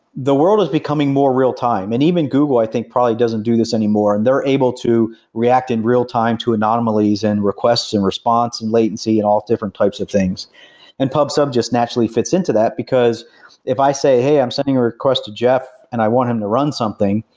the world is becoming more real-time, and even google i think probably doesn't do this anymore. they're able to react in real-time to anomalies and requests and response and latency and all different types of things pub sub just naturally fits into that, because if i say, hey, i'm sending a request to jeff and i want him to run something,